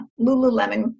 Lululemon